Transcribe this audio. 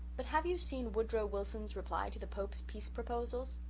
but have you seen woodrow wilson's reply to the pope's peace proposals?